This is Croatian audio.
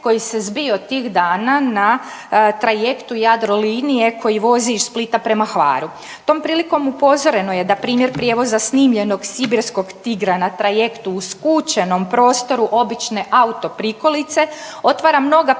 koji se zbio tih dana na trajektu Jadrolinije koji vozi iz Splita prema Hvaru. Tom prilikom upozoreno je da da primjer prijevoza snimljenog sibirskog tigra na trajektu u skučenom prostoru obične auto prikolice otvara mnoga pitanja